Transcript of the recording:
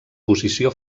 posició